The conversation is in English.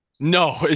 No